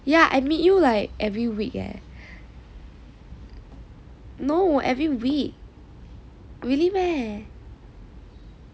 yea I meet you like every week eh no every week really meh